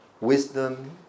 wisdom